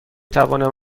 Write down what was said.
توانم